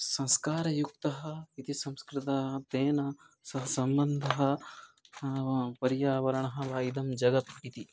संस्कारयुक्तः इति संस्कृतः तेन सः सम्बन्धः पर्यावरणः वा इदं जगत् इति